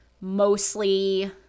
mostly